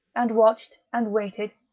and watched, and waited,